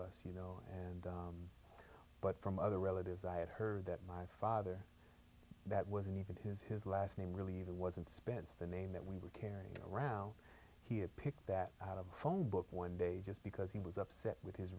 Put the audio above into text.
us you know and but from other relatives i had heard that my father that wasn't even his his last name really the wasn't spends the name that we were carrying around he had picked that out of the phone book one day just because he was upset with his